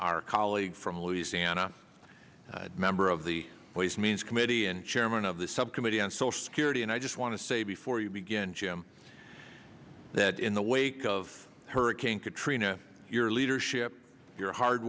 our colleague from louisiana a member of the voice means committee and chairman of the subcommittee on social security and i just want to say before you begin jim that in the wake of hurricane katrina your leadership your hard